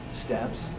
steps